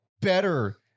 better